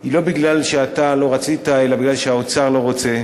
היא לא מפני שאתה לא רצית אלא מפני שהאוצר לא רוצה.